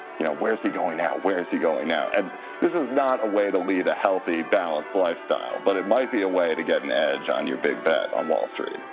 you know, where's he going now. where's he going now? and this is not a way to lead a healthy, balanced lifestyle, but it might be a way to get an edge on your big bet on wall street.